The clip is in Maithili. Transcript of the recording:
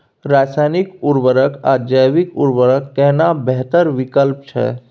रसायनिक उर्वरक आ जैविक उर्वरक केना बेहतर विकल्प छै?